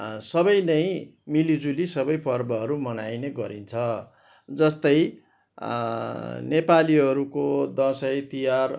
सबै नै मिलिझुली सबे पर्वहरू मनाइने गरिन्छ जस्तै नेपालीहरूको दसैँ तिहार